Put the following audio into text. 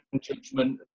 judgment